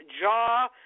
jaw